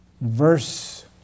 Verse